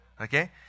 okay